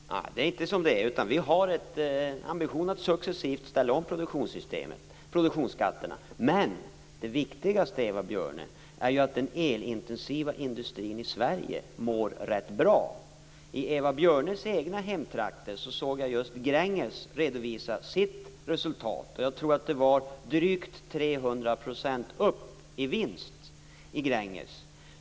Fru talman! Det är inte som det är. Vi har en ambition att successivt ställa om produktionsskatterna. Men det viktigaste, Eva Björne, är ju att den elintensiva industrin i Sverige mår rätt bra. Vad gäller Eva Björnes egna hemtrakter kan jag säga att jag just såg Gränges redovisa sitt resultat. Jag tror att vinsten hade ökat med drygt 300 % i Gränges.